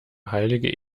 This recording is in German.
heilige